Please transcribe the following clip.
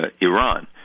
Iran